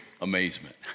amazement